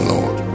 Lord